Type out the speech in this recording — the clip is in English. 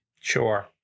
Sure